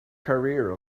careers